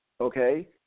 Okay